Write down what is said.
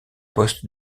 poste